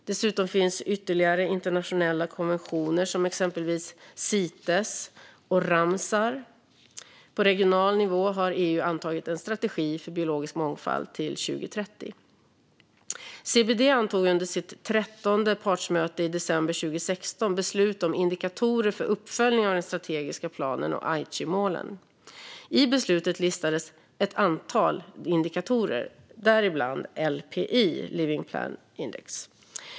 Dessutom finns ytterligare internationella konventioner som exempelvis Cites och Ramsar. På regional nivå har EU antagit en strategi för biologisk mångfald till 2030. CBD antog under sitt 13:e partsmöte i december 2016 beslut om indikatorer för uppföljning av den strategiska planen och Aichimålen. I beslutet listades ett antal indikatorer, däribland LPI, living planet index.